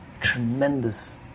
tremendous